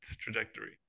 trajectory